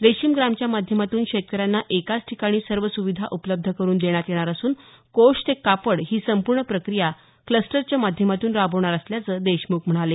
रेशीम ग्रामच्या माध्यमातून शेतकऱ्यांना एकाच ठिकाणी सर्व सुविधा उपलब्ध करुन देण्यात येणार असून कोष ते कापड ही संपूर्ण प्रक्रिया क्रस्टरच्या माध्यमातून राबवणार असल्याचं देशमुख म्हणाले